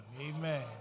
amen